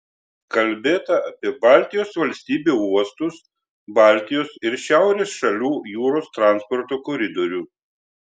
kalbėta apie baltijos valstybių uostus baltijos ir šiaurės šalių jūros transporto koridorių